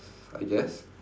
I guess